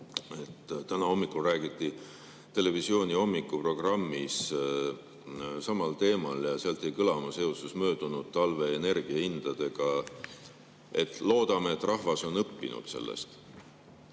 Täna hommikul räägiti televisiooni hommikuprogrammis samal teemal ja sealt jäi kõlama seoses möödunud talve energiahindadega: "Loodame, et rahvas on sellest